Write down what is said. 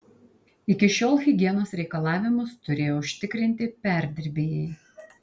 iki šiol higienos reikalavimus turėjo užtikrinti perdirbėjai